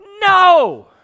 No